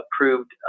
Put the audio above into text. approved